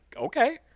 okay